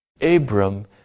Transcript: Abram